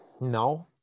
no